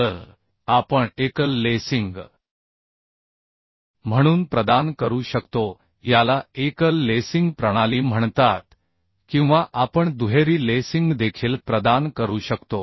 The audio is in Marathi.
तर आपण सिंगल लेसिंग म्हणून प्रदान करू शकतो याला सिंगल लेसिंग प्रणाली म्हणतात किंवा आपण दुहेरी लेसिंग देखील प्रदान करू शकतो